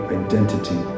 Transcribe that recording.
identity